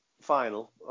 final